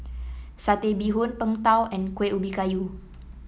Satay Bee Hoon Png Tao and Kuih Ubi Kayu